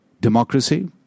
democracy